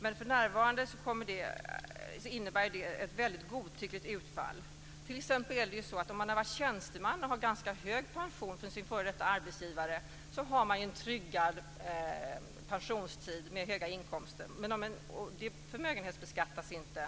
Men för närvarande innebär det ett väldigt godtyckligt utfall. Om man t.ex. har varit tjänsteman och har en ganska hög pension från sin före detta arbetsgivare så har man en tryggad pensionstid med höga inkomster. De inkomsterna förmögenhetsbeskattas inte.